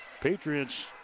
Patriots